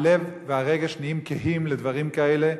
הלב והרגש נהיים קהים לדברים כאלה,